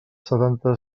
setanta